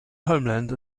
homeland